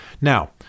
Now